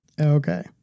Okay